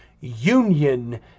Union